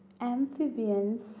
amphibians